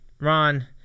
Ron